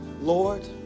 Lord